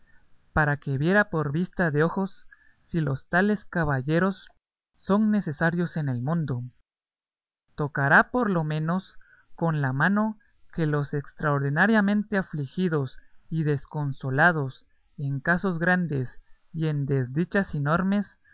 para que viera por vista de ojos si los tales caballeros son necesarios en el mundo tocara por lo menos con la mano que los extraordinariamente afligidos y desconsolados en casos grandes y en desdichas inormes